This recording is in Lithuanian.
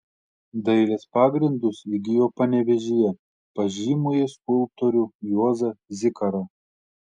dailės pagrindus įgijo panevėžyje pas žymųjį skulptorių juozą zikarą